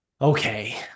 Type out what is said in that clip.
okay